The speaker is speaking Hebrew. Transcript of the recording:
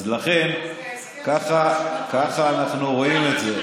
אז לכן, ככה אנחנו רואים את זה.